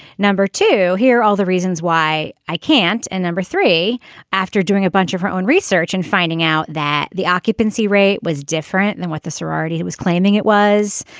number two here all the reasons why i can't. and number three after doing a bunch of her own research and finding out that the occupancy rate was different than what the sorority was claiming it was.